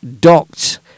docked